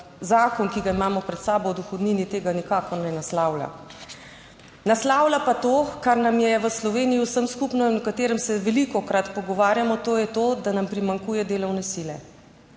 zakon, ki ga imamo pred sabo o dohodnini tega nikakor ne naslavlja. Naslavlja pa to, kar nam je v Sloveniji vsem skupno in o katerem se velikokrat pogovarjamo, to je to, da nam primanjkuje delovne sile.